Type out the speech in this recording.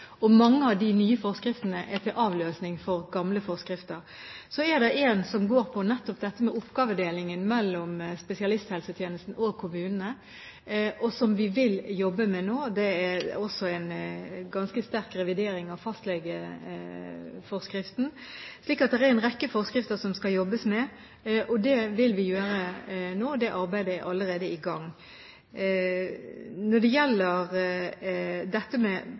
eksisterer mange forskrifter som gjelder. Og mange av de nye forskriftene er til avløsning for gamle forskrifter. Så er det én som går på nettopp dette med oppgavedelingen mellom spesialisthelsetjenesten og kommunene, som vi vil jobbe med nå. Det er også en ganske sterk revidering av fastlegeforskriften. Det er en rekke forskrifter det skal jobbes med, og det vil vi gjøre nå – det arbeidet er allerede i gang. Når det gjelder